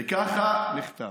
וככה נכתב: